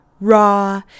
raw